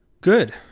Good